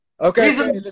Okay